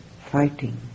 fighting